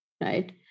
Right